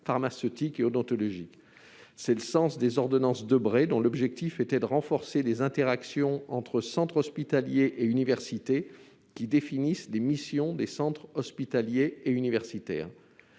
pharmaceutique et odontologique. Tel est le sens des ordonnances Debré, dont l'objectif était de renforcer les interactions entre centres hospitaliers et universités, qui définissent les missions des centres hospitaliers et universitaires.